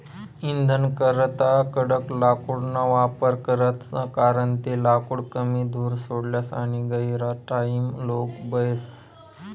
इंधनकरता कडक लाकूडना वापर करतस कारण ते लाकूड कमी धूर सोडस आणि गहिरा टाइमलोग बयस